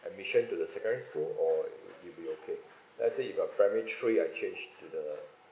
admission to the secondary school or it will be okay let's say if uh primary three I change to the